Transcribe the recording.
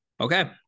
Okay